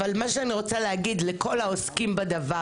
אבל מה שאני רוצה להגיד לכל העוסקים בדבר